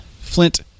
Flint